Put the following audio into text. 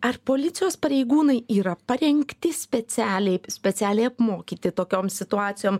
ar policijos pareigūnai yra parengti specialiai specialiai apmokyti tokiom situacijom